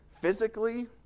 physically